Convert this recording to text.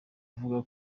avuga